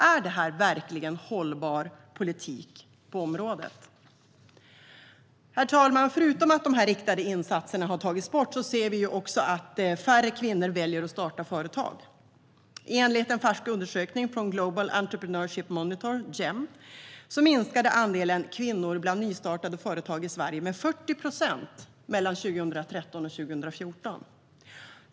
Är det här verkligen hållbar politik på området? Förutom att dessa riktade insatser har tagits bort så ser vi samtidigt att färre kvinnor väljer att starta företag. Enligt en färsk undersökning från Global Entrepreneurship Monitor, GEM, minskade andelen kvinnor bland nystartade företag i Sverige med 40 procent mellan 2013 och 2014.